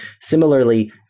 Similarly